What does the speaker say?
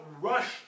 rush